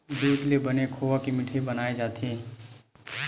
दूद ले बने खोवा के मिठई बनाए जाथे